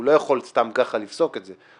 הוא לא יכול סתם ככה לפסוק את זה.